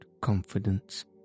confidence